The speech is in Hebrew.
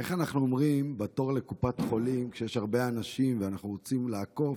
איך אנחנו אומרים בתור לקופת חולים כשיש הרבה אנשים ואנחנו רוצים לעקוף?